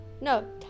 No